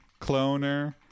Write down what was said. cloner